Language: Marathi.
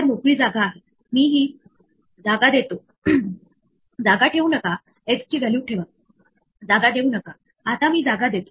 तर पायथोन आपल्याला एक एरर सूचित करेल असे म्हणून की ही एक इनव्हॅलिडinvalid अवैध की आहे आणि त्याला की एरर असे म्हणतात